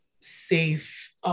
safe